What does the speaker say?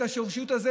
השורשיות הזאת,